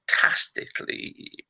fantastically